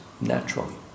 naturally